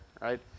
right